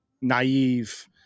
naive